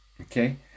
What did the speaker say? Okay